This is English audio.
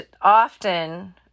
often